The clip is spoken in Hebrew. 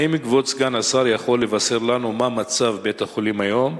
האם כבוד סגן השר יכול לבשר לנו מה מצב בית-החולים היום,